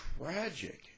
tragic